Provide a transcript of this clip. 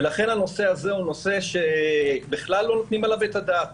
לכן הנושא שהזה הוא נושא שבכלל לא נותנים עליו את הדעת.